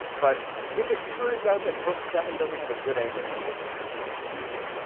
but if it turns out that book seven doesn't have a good ending, i don't think i'm going to read it.